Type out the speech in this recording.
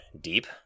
deep